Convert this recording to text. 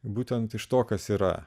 būtent iš to kas yra